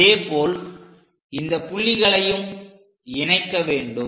அதே போல் இந்த புள்ளிகளையும் இணைக்க வேண்டும்